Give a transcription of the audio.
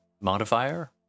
modifier